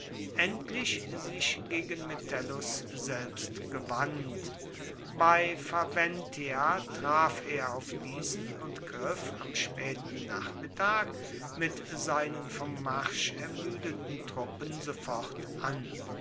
endlich sich gegen metellus selbst gewandt bei faventia traf er auf diesen und griff am späten nachmittag mit seinen vom marsch ermüdeten truppen sofort an